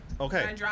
Okay